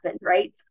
right